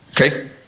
okay